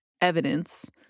evidence